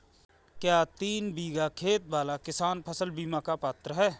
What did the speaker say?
क्या तीन बीघा खेत वाला किसान फसल बीमा का पात्र हैं?